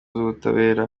z’ubutabera